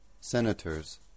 Senators